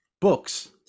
books